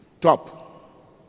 top